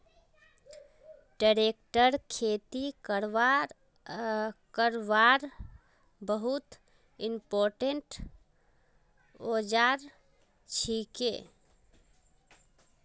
tractor खेती करवार बहुत इंपोर्टेंट औजार छिके